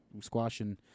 squashing